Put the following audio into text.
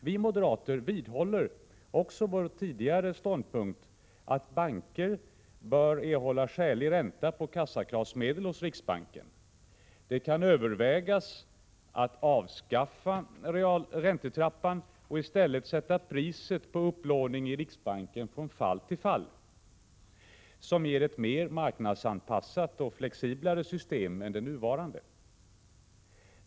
Vi moderater vidhåller också vår tidigare ståndpunkt att banker bör erhålla skälig ränta på kassakravsmedel hos riksbanken. Det kan också övervägas att avskaffa räntetrappan och i stället sätta priset på upplåning i riksbanken från fall till fall. Det ger ett mer marknadsanpassat och flexibelt system än det nuvarande.